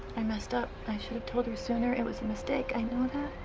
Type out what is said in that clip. i messed up. i should've told her sooner. it was a mistake. i know that.